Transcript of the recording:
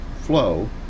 flow